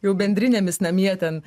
jau bendrinėmis namie ten